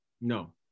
No